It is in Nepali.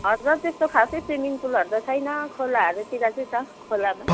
हजुर त्यस्तो खासै सुइमिङ पुलहरू त छैन खोलाहरूतिर चाहिँ छ खोलामा